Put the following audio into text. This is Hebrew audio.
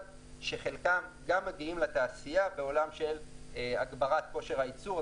שחלקם גם מגיעים לתעשייה בעולם של הגברת כושר הייצור,